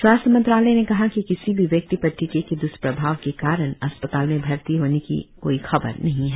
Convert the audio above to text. स्वास्थ्य मंत्रालय ने कहा कि किसी भी व्यक्ति पर टीके के द्वष्प्रभाव के कारण अस्पताल में भर्ती होने की ख़बर नहीं है